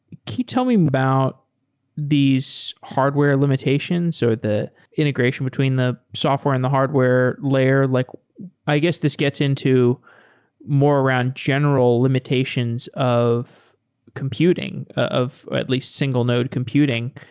can you tell me me about these hardware limitations? so the integration between the software and the hardware layer. like i guess this gets into more around general limitations of computing, of at least single node computing.